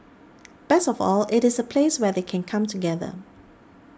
best of all it is a place where they can come together